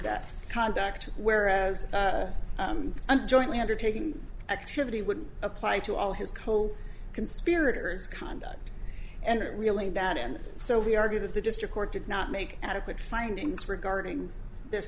of conduct where as an jointly undertaking activity would apply to all his co conspirators conduct and it really bad and so we argue that the district court did not make adequate findings regarding this